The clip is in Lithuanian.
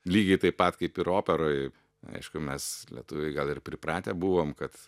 lygiai taip pat kaip ir operoj aišku mes lietuviai gal ir pripratę buvom kad